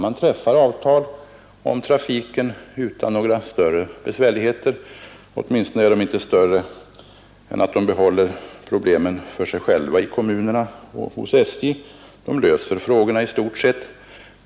Man träffar avtal om trafiken utan några större svårigheter, åtminstone inte större än att man behåller problemen för sig själva i kommunerna och hos SJ.